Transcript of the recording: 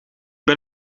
ben